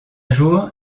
jour